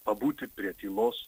pabūti prie tylos